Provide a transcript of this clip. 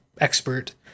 expert